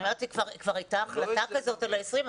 כבר הייתה החלטה כזאת על ה-20,